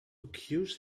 accused